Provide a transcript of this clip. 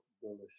delicious